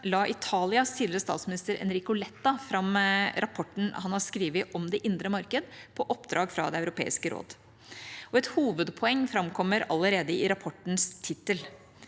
la Italias tidligere statsminister Enrico Letta fram rapporten han har skrevet om det indre marked, på oppdrag fra Det europeiske råd. Et hovedpoeng framkommer allerede i rapportens tittel: